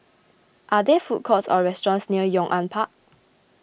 are there food courts or restaurants near Yong An Park